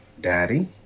daddy